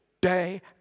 day